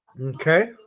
Okay